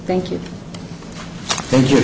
thank you thank you